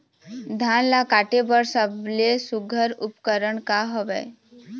धान ला काटे बर सबले सुघ्घर उपकरण का हवए?